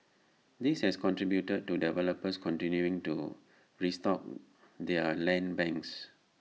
this has contributed to developers continuing to restock their land banks